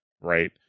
right